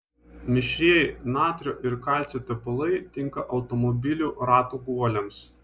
mišrieji natrio ir kalcio tepalai tinka automobilių ratų guoliams